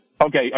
okay